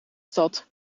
stad